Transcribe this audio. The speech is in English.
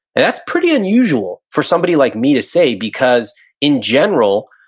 and that's pretty unusual for somebody like me to say because in general,